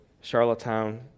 Charlottetown